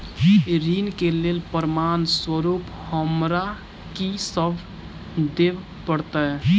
ऋण केँ लेल प्रमाण स्वरूप हमरा की सब देब पड़तय?